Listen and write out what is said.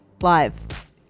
live